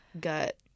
gut